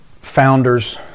founders